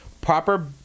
proper